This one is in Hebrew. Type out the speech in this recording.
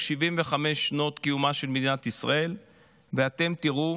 75 שנות קיומה של מדינת ישראל ואתם תראו